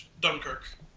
Dunkirk